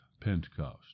Pentecost